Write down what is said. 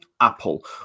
apple